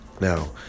Now